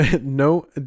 no